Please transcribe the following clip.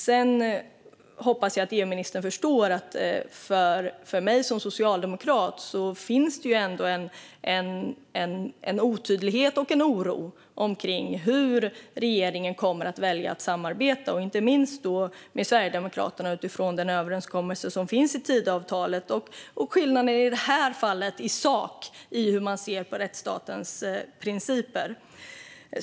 Sedan hoppas jag att EU-ministern förstår att det för mig som socialdemokrat ändå finns en otydlighet och en oro omkring hur regeringen kommer att välja att samarbeta, inte minst med Sverigedemokraterna, utifrån den överenskommelse som finns i Tidöavtalet. Skillnaden i sak handlar i det här fallet om hur man ser på rättsstatens principer.